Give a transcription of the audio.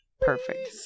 Perfect